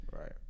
right